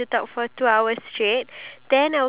iya true